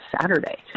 Saturday